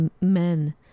men